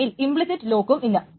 r1 ൽ implicit ലോക്കും ഇല്ല